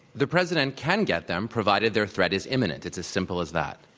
the president can get them, provided their threat is imminent. it's as simple as that.